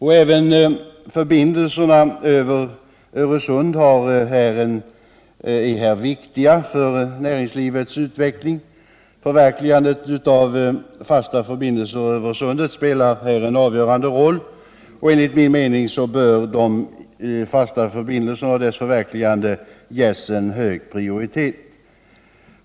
Även förbindelserna över Öresund är viktiga för näringslivets utveckling. Förverkligandet av fasta förbindelser över sundet spelar en avgörande roll och bör enligt min mening ges hög prioritet.